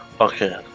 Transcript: okay